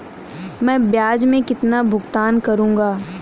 मैं ब्याज में कितना भुगतान करूंगा?